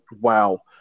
wow